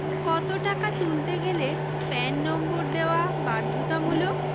কত টাকা তুলতে গেলে প্যান নম্বর দেওয়া বাধ্যতামূলক?